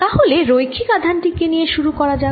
তাহলে রৈখিক আধান টি কে নিয়ে শুরু করা যাক